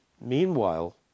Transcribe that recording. meanwhile